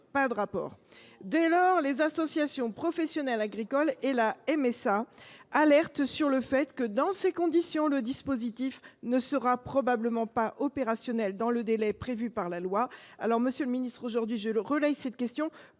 aucun rapport ! Dès lors, les associations professionnelles agricoles et la MSA alertent sur le fait que, dans ces conditions, le dispositif ne sera probablement pas opérationnel dans le délai prévu par la loi. Monsieur le ministre, je relaie aujourd’hui cette alerte